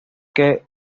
que